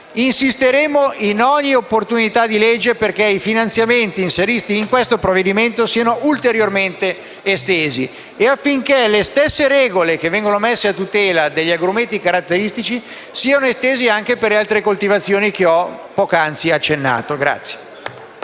Insisteremo in ogni opportunità di legge perché i finanziamenti inseriti in questo provvedimento siano ulteriormente estesi e affinché le stesse regole che vengono messe a tutela degli agrumeti caratteristici siano estese anche alle altre coltivazioni cui ho poc'anzi accennato.